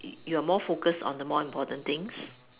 you're more focused on the more important things